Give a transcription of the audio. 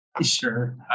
sure